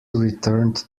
returned